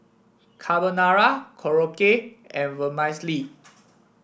Carbonara Korokke and Vermicelli